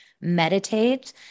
meditate